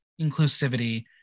inclusivity